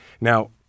Now